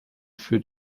für